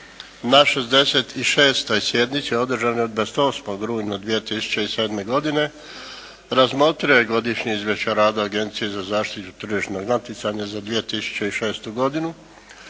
na 66. sjednici održanoj 28. rujna 2007. godine razmotrio je Godišnje izvješće o radu Agencije za zaštitu tržišnog natjecanja za 2006. godinu